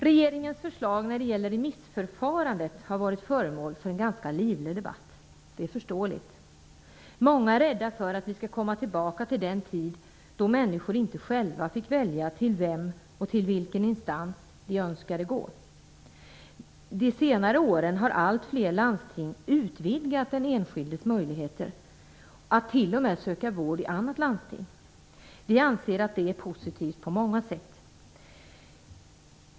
Regeringens förslag när det gäller remissförfarandet har varit föremål för en ganska livlig debatt. Det är förståeligt. Många är rädda för att vi skall komma tillbaka till den tid då människor inte själva fick välja till vem och till vilken instans man önskade gå. De senare åren har allt fler landsting utvidgat den enskildes möjligheter att till och med söka vård i annat landsting. Vi anser att detta är positivt på många sätt.